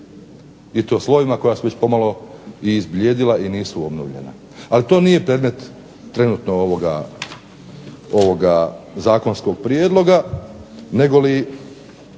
i to slovima koja su već pomalo i izblijedila i nisu obnovljena. Ali, to nije predmet trenutno ovoga zakonskog prijedloga negoli